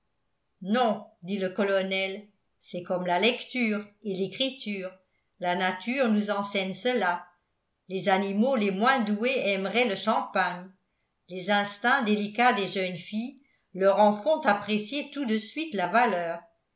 non dit le colonel c'est comme la lecture et l'écriture la nature nous enseigne cela les animaux les moins doués aimeraient le champagne les instincts délicats des jeunes filles leur en font apprécier tout de suite la valeur